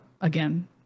again